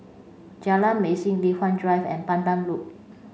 Jalan Mesin Li Hwan Drive and Pandan Loop